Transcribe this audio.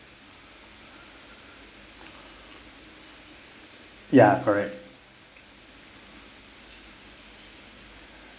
ya correct